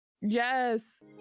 Yes